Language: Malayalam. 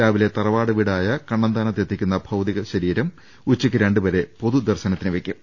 രാവിലെ തറവാട് വീടായ കണ്ണന്താനത്ത് എത്തിക്കുന്ന ഭൌതികദേഹം ഉച്ചക്ക് രണ്ട് വരെ പൊതു ദർശനത്തിന് വെക്കും